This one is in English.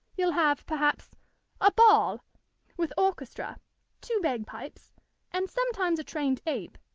you'll have perhaps a ball with orchestra two bag-pipes and sometimes a trained ape,